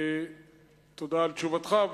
תודה על תשובתך,